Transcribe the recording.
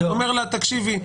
הוא אומר לה: תקשיבי,